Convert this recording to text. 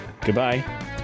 goodbye